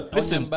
Listen